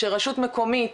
שרשות מקומית